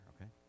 okay